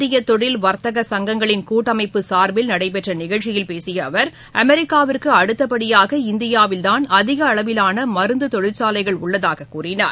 இந்திய தொழில் வர்த்தக சங்கங்களின் கூட்டமைப்பு சார்பில் நடைபெற்ற நிகழ்ச்சியில் பேசிய அவர் அமெரிக்காவிற்கு அடுத்தபடியாக இந்தியாவில் தான் அதிக அளவிவான மருந்து தொழிற்சாலைகள் உள்ளதாக கூறினார்